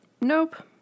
nope